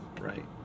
right